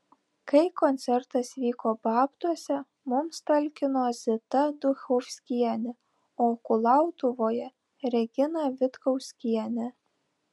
kai koncertas vyko babtuose mums talkino zita duchovskienė o kulautuvoje regina vitkauskienė